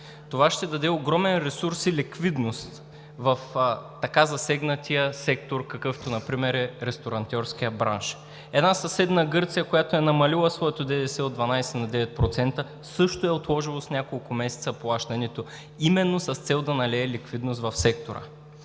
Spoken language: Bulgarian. Това ще даде огромен ресурс и ликвидност в така засегнатия сектор, какъвто например е ресторантьорският бранш. Съседна Гърция, която е намалила своето ДДС от 12 на 9%, също е отложила с няколко месеца плащането именно с цел да налее ликвидност в сектора.